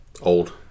Old